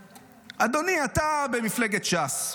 אדוני, אתה במפלגת ש"ס -- כן.